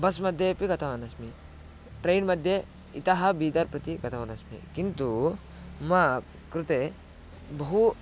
bus मध्येपि गतवान् अस्मि ट्रैन् मध्ये इतः बीदर् प्रति गतवान् अस्मि किन्तु मम कृते बहु